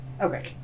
okay